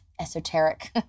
esoteric